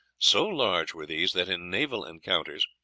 so large were these that in naval encounters,